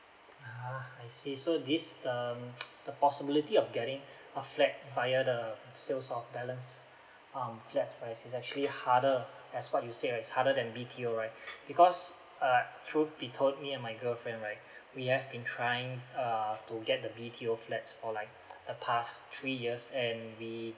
ah I see so this um the possibility of getting a flat via the sales of balance um flats right is actually harder as what you've said right it's harder than B_T_O right because uh truth you told me and my girlfriend right we have been trying err to get the B_T_O flats for like the past three years and we